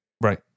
Right